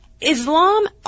Islam